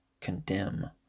condemn